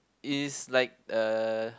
it is like uh